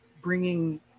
bringing